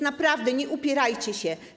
Naprawdę, nie upierajcie się.